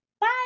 bye